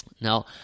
Now